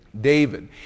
David